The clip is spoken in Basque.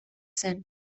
zen